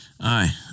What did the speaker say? Aye